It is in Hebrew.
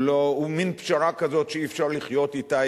הוא מין פשרה כזאת שאי-אפשר לחיות אתה,